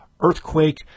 Earthquake